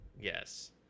Yes